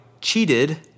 cheated